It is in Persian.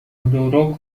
مدارا